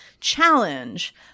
challenge